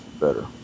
better